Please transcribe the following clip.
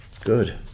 good